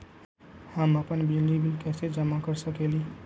हम अपन बिजली बिल कैसे जमा कर सकेली?